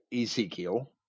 Ezekiel